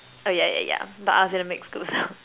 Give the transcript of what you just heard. oh yeah yeah yeah but I was in a mixed school so